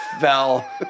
fell